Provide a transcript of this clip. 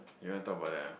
you want talk about that ah